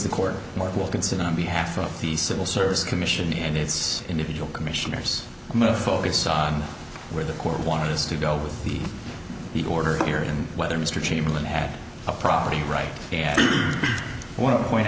the court more wilkinson on behalf of the civil service commission and its individual commissioners and the focus on where the court wanted us to go the the order here and whether mr chamberlain had a property right and one of the point